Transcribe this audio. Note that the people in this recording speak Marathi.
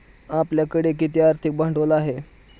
आपल्याकडे किती आर्थिक भांडवल आहे?